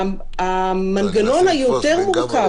המנגנון היותר מורכב,